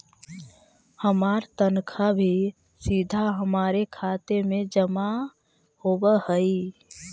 हमार तनख्वा भी सीधा हमारे खाते में जमा होवअ हई